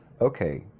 Okay